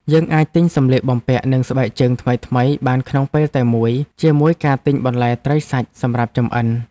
យើងអាចទិញសម្លៀកបំពាក់និងស្បែកជើងថ្មីៗបានក្នុងពេលតែមួយជាមួយការទិញបន្លែត្រីសាច់សម្រាប់ចម្អិន។